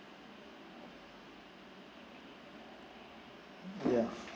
ya